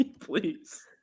Please